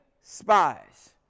spies